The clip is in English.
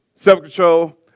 self-control